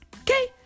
Okay